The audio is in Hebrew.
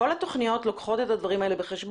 עובדים וכל התכניות לוקחות את הדברים האלה בחשבון.